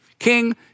King